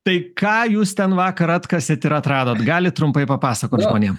tai ką jūs ten vakar atkasėt ir atradot galit trumpai papasakot žmonėm